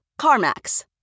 CarMax